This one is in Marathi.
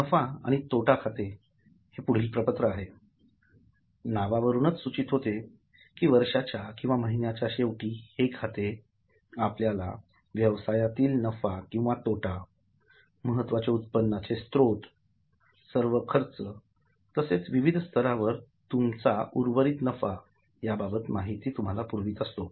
नफा आणि तोटा खाते हे पुढील प्रपत्र आहे नावावरून सूचित होते की वर्षाच्या किंवा महिन्याच्या शेवटी हे खाते आपल्याला व्यवसायातील नफा किंवा तोटा महत्वाचे उत्पन्नाचे स्रोत सर्व खर्च तसेच विविध स्तरावर तुमचा उर्वरित नफा याबाबतची माहिती पुरवितो